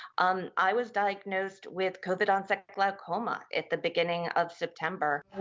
um i was diagnosed with covid-onset glaucoma at the beginning of september